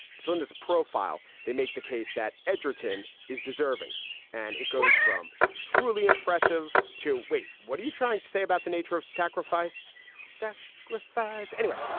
so in this profile, they make the case that edgerton is deserving and it goes from truly impressive to wait. what are you trying to say about the nature of sacrifice set with fires? anyway,